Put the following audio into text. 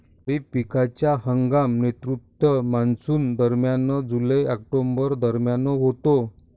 खरीप पिकांचा हंगाम नैऋत्य मॉन्सूनदरम्यान जुलै ऑक्टोबर दरम्यान होतो